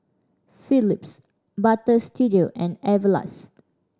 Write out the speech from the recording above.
Phillips Butter Studio and Everlast